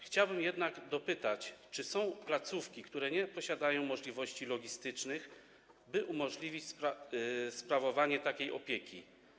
Chciałbym jednak dopytać, czy są placówki, które nie mają możliwości logistycznych, by umożliwić sprawowanie takiej opieki.